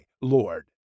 Lord